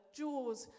jaws